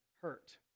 hurt